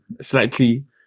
slightly